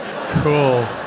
Cool